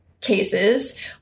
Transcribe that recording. cases